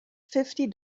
fifty